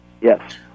Yes